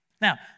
Now